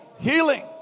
healing